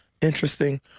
Interesting